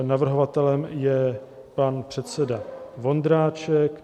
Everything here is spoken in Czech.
Navrhovatelem je pan předseda Vondráček.